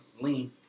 lean